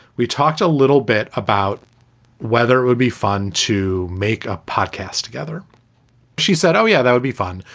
we talked a little bit about whether it would be fun to make a podcast together she said, oh, yeah, that would be fun.